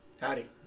Howdy